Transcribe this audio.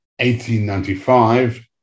1895